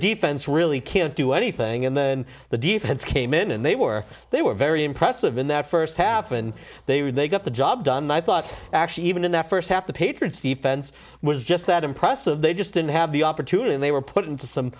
defense really can't do anything and then the defense came in and they were they were very impressive in that first half and they when they got the job done i thought actually even in the first half the patriots defense was just that impressive they just didn't have the opportunity and they were put into some